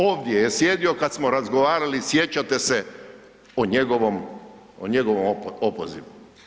Ovdje je sjedio kad smo razgovarali sjećate se o njegovom, o njegovom opozivu.